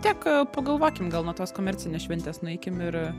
tik pagalvokim gal nuo tos komercinės šventės nueikim ir